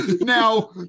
now